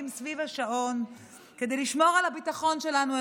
סביב השעון כדי לשמור על הביטחון שלנו,